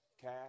cash